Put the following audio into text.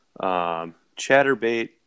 Chatterbait